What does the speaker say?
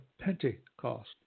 Pentecost